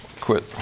quit